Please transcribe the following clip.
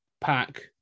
pack